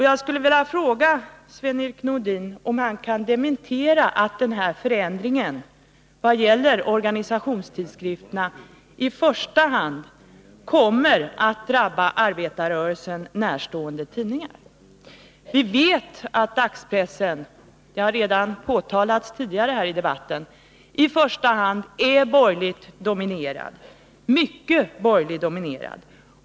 Jag skulle vilja fråga Sven-Erik Nordin för det första om han kan dementera att den här förändringen vad gäller organisationstidskrifterna i första hand kommer att drabba arbetarrörelsen närstående tidningar. Vi vet att dagspressen — detta har påtalats redan tidigare här i debatten — är borgerligt dominerad — mycket borgerligt dominerad!